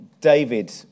David